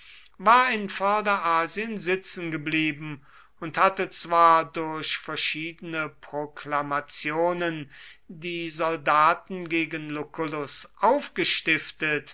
war in vorderasien sitzen geblieben und hatte zwar durch verschiedene proklamationen die soldaten gegen lucullus aufgestiftet